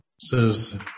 says